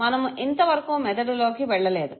మనము ఇంతవరకు మెదడులోకి వెళ్ళలేదు